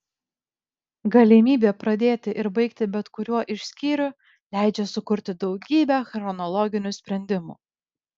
galimybė pradėti ir baigti bet kuriuo iš skyrių leidžia sukurti daugybę chronologinių sprendimų